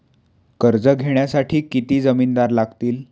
कर्ज घेण्यासाठी किती जामिनदार लागतील?